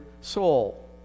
soul